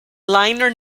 liner